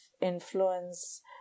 influence